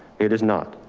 it is not.